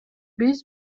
биз